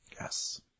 Yes